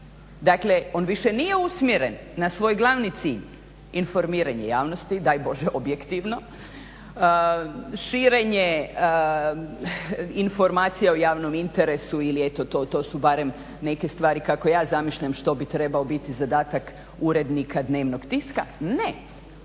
Dakle, on više nije usmjeren na svoj glavni cilj informiranja javnosti, daj Bože objektivno, širenje informacija o javnom interesu ili eto to su barem neke stvari kako ja zamišljam što bi trebao biti zadatak urednika dnevnog tiska, ne,